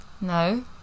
No